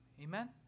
Amen